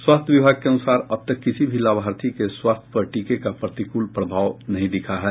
स्वास्थ्य विभाग के अनुसार अब तक किसी भी लाभार्थी के स्वास्थ्य पर टीके का प्रतिकूल प्रभाव नहीं दिखा है